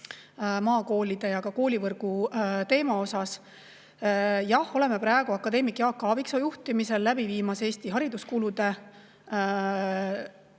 maakoolide ja ka koolivõrgu teema kohta? Jah, oleme praegu akadeemik Jaak Aaviksoo juhtimisel läbi viimas Eesti hariduskulude